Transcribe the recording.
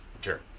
Sure